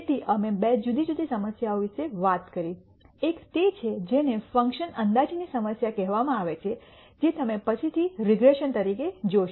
તેથી અમે બે જુદી જુદી સમસ્યાઓ વિશે વાત કરી એક તે છે જેને ફંક્શન અંદાજની સમસ્યા કહેવામાં આવે છે જે તમે પછીથી રીગ્રેસન તરીકે જોશે